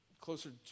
closer